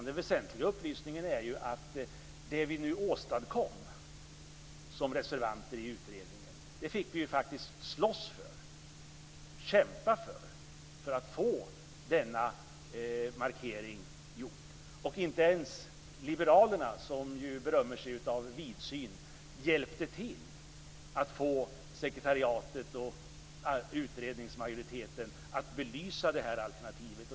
Den väsentliga upplysningen är att vi reservanter i utredningen fick slåss för att få denna markering gjord. Inte ens liberalerna - som berömmer sig för sin vidsynthet - hjälpte till att få sekretariatet och utredningsmajoriteten att belysa alternativet.